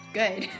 good